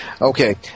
okay